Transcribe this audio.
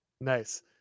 nice